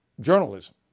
journalism